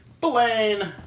Blaine